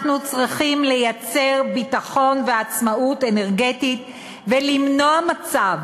אנחנו צריכים לייצר ביטחון ועצמאות אנרגטית ולמנוע מצב